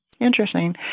Interesting